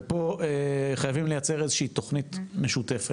ופה חייבים לייצר איזשהי תוכנית משותפת,